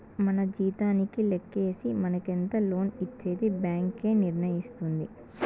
మన జీతానికే లెక్కేసి మనకెంత లోన్ ఇచ్చేది బ్యాంక్ ఏ నిర్ణయిస్తుంది